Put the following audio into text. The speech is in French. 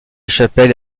chapelle